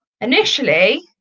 initially